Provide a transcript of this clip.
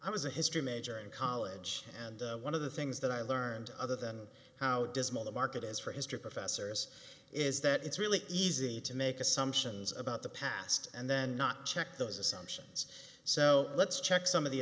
i was a history major in college and one of the things that i learned other than how dismal the market is for history professors is that it's really easy to make assumptions about the past and then not check those assumptions so let's check some of the